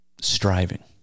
striving